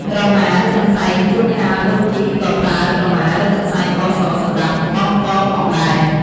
ក្រៅពីសម្លៀកបំពាក់ពណ៌ស ដូនជីក៏អាចមានគ្រឿងបរិក្ខារចាំបាច់សម្រាប់ប្រើប្រាស់ក្នុងជីវភាពប្រចាំថ្ងៃរបស់ពួកគាត់ ស្រដៀងនឹងព្រះសង្ឃដែរ។